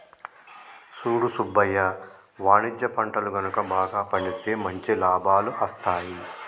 సూడు సుబ్బయ్య వాణిజ్య పంటలు గనుక బాగా పండితే మంచి లాభాలు అస్తాయి